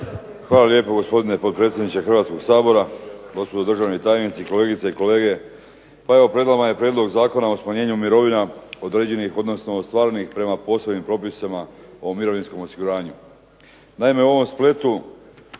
Hvala lijepo gospodine potpredsjedniče Hrvatskog sabora. Gospodo državni tajnici, kolegice i kolege. Pa evo pred nama je Prijedloga Zakona o smanjenju mirovina određenih odnosno ostvarenih prema posebnim propisima o mirovinskom osiguranju.